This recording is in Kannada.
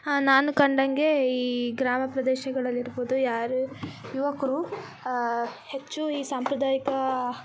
ಹಾಂ ನಾನು ಕಂಡಂತೆ ಈ ಗ್ರಾಮ ಪ್ರದೇಶಗಳಲ್ಲಿರ್ಬೋದು ಯಾರು ಯುವಕರು ಹೆಚ್ಚು ಈ ಸಾಂಪ್ರದಾಯಿಕ